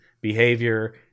behavior